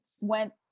went